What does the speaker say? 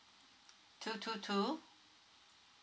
two two two